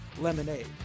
lemonade